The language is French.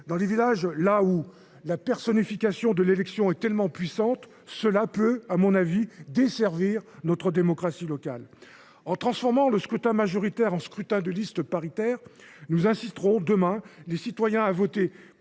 Dans les villages, là où la personnification de l’élection est particulièrement puissante, cela peut, à mon avis, desservir notre démocratie locale. En transformant le scrutin majoritaire en scrutin de liste paritaire, nous inciterons demain les citoyens à voter